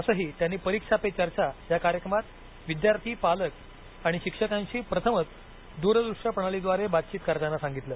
असंही त्यांनी परीक्षा पे चर्चा कार्यक्रमात विद्यार्थी पालक आणि शिक्षकांशी प्रथमच द्रदृष्य प्रणालीद्वारे बातचीत करताना संगितलं